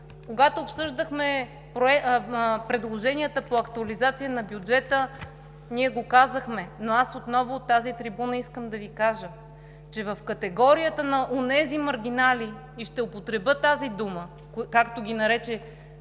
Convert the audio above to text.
Когато обсъждахме предложенията по актуализацията на бюджета, ние го казахме, но аз отново от тази трибуна искам да Ви кажа, че в категорията на онези маргинали, и ще употребя тази дума, както ги нарече